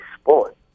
sport